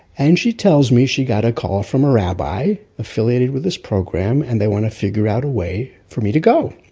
and she tells me she got call from a rabbi, affiliated with this program, and they want to figure out a way for me to go.